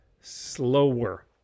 slower